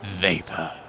vapor